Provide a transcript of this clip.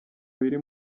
biri